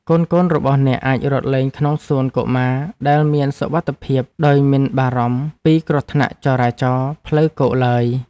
កូនៗរបស់អ្នកអាចរត់លេងក្នុងសួនកុមារដែលមានសុវត្ថិភាពដោយមិនបារម្ភពីគ្រោះថ្នាក់ចរាចរណ៍ផ្លូវគោកឡើយ។